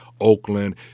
Oakland